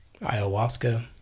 ayahuasca